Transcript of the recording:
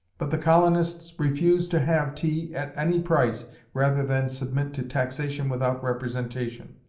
but the colonists refused to have tea at any price rather than submit to taxation without representation.